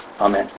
amen